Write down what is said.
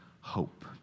hope